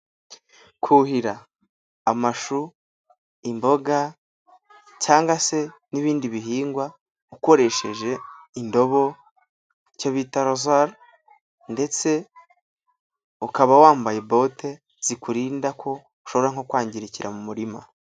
Kuhira amashu, imboga cyangwa se n'ibindi bihingwa ukoresheje indobo, icyo bita rozari ndetse ukaba wambaye bote zikurinda ko ushobora nko kwangirikira mu murima.